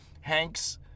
Hanks